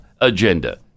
agenda